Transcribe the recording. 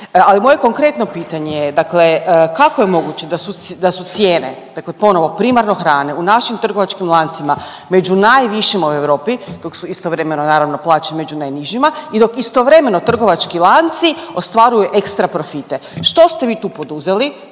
Ali moje konkretno pitanje je, dakle kako je moguće da su cijene, dakle ponovo primarno hrane u našim trgovačkim lancima među najvišima u Europi dok su istovremeno naravno plaće među najnižima i dok istovremeno trgovački lanci ostvaruju ekstra profite. Što ste vi tu poduzeli?